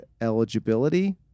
eligibility